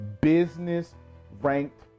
business-ranked